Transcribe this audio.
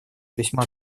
весьма